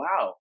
wow